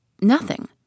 Nothing